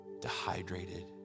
dehydrated